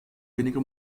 wenige